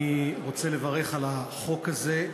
אני רוצה לברך על החוק הזה,